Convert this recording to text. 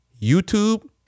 YouTube